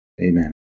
Amen